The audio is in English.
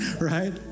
right